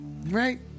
right